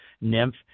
nymph